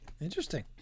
Interesting